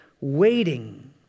waiting